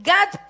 God